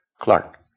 Clark